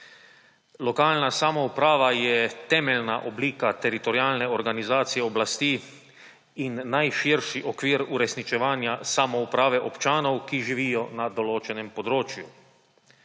Lokalna samouprava je temeljna oblika teritorialne organizacije oblasti in najširši okvir uresničevanja samouprave občanov, ki živijo na določenem območju.